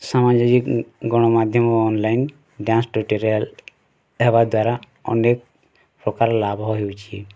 ସାମାଜିକ୍ ଗଣମାଧ୍ୟମ୍ online dance tutorial ହେବା ଦ୍ଵାରା ଅନେକ୍ ପ୍ରକାର୍ ଲାଭ୍ ହେଉଛି